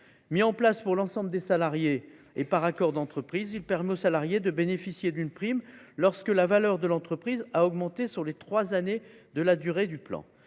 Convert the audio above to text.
Mis en place pour l’ensemble des salariés et par accord d’entreprise, ce plan permet aux salariés de bénéficier d’une prime lorsque la valeur de l’entreprise a augmenté pendant ces trois années. Il s’agit là